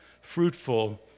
fruitful